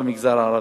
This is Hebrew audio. במגזר הערבי.